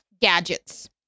gadgets